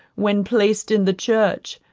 when placed in the church,